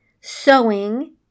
sewing